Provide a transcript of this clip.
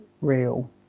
real